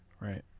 Right